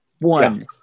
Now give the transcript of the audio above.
One